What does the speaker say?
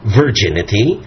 virginity